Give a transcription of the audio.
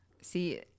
See